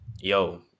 yo